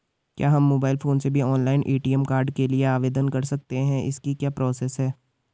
क्या हम mobile phone से भी ऑनलाइन ए.टी.एम कार्ड के लिए आवेदन कर सकते हैं इसकी क्या प्रोसेस है?